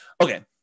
okay